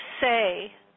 say